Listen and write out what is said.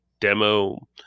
demo